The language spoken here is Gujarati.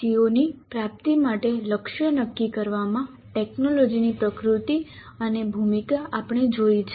CO ની પ્રાપ્તિ માટે લક્ષ્યો નક્કી કરવામાં ટેકનોલોજીની પ્રકૃતિ અને ભૂમિકા આપણે જોઈ છે